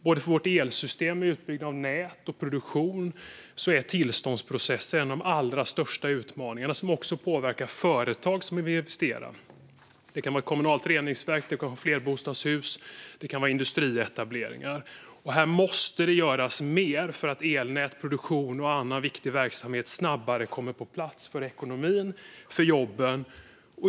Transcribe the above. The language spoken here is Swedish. Både för vårt elsystem vid utbyggnad av nät och för produktion är tillståndsprocessen en av de allra största utmaningarna. Detta påverkar företag som vill investera. Det kan vara ett kommunalt reningsverk. Det kan vara flerbostadshus. Det kan vara industrietableringar. Här måste det göras mer för att elnät, produktion och annan viktig verksamhet snabbare ska komma på plats - för ekonomin och för jobben.